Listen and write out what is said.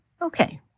Okay